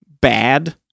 bad